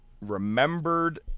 remembered